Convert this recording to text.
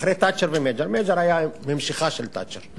מייג'ור היה המשכה של תאצ'ר.